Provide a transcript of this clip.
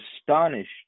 astonished